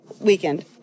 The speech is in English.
Weekend